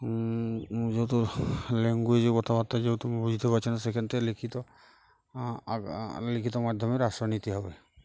যেহেতু ল্যাঙ্গুয়েজে কথাবার্তা যেহেতু বুঝতে পারছি না সেখান থেকে লিখিত লিখিত মাধ্যমের আশ্রয় নিতে হবে